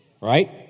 right